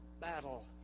battle